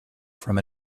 from